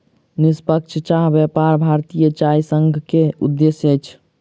निष्पक्ष चाह व्यापार भारतीय चाय संघ के उद्देश्य अछि